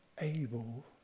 able